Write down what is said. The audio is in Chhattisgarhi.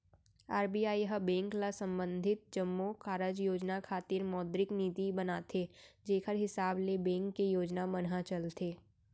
आर.बी.आई ह बेंक ल संबंधित जम्मो कारज योजना खातिर मौद्रिक नीति बनाथे जेखर हिसाब ले बेंक के योजना मन ह चलथे